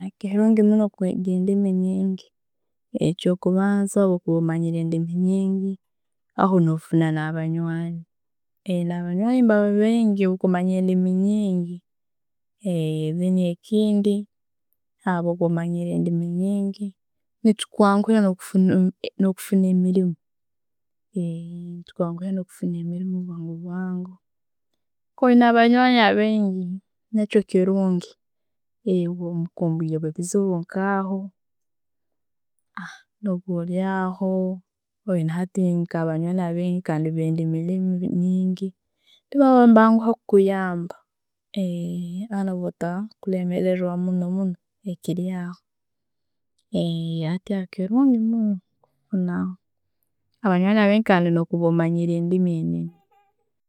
Kirungi muno kwega endimi nyingi, ekyo bubanza, bwokuba omanyire endiimi nyingi, aho no funa nabanywani. Nabanywani nebabaigi bwo kumanya endimi nyingi. Then ekindi, bwokuba omanyire endimi nyingi, nichikwanguhira no'kufuna no'kufuna nemirimu, Nechikwanguhira kufuna emirimu bwangu. Kuba nabanywani abaingi, nakyo kirungi bwo kuba wafuna obuzibu nkaho. No ba olya aho, oyina abanywani bendiimi nyingi, nebabanguha kukuyamba, bata kulemerewa muno muno, kiryaho, hati kirungi muno muno. Abanywani. Kandi oyina kuba omanyire endimi nyingi.